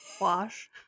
wash